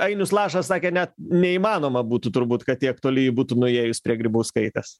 ainius lašas sakė net neįmanoma būtų turbūt kad tiek toli būtų nuėjus prie grybauskaitės